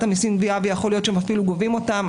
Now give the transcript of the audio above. המיסים (גבייה) ויכול להיות שהם אפילו גובים אותם.